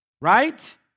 Right